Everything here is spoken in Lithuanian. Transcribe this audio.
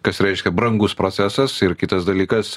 kas reiškia brangus procesas ir kitas dalykas